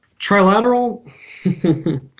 Trilateral